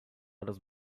others